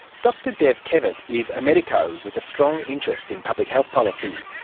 dr dev kevat is a medico with a strong interest in public health policy.